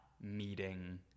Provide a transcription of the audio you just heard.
meeting